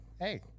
hey